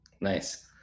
Nice